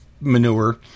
manure